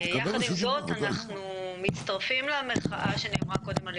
יחד עם זאת אנחנו מצטרפים למחאה שנאמרה קודם על